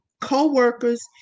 co-workers